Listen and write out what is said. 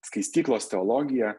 skaistyklos teologija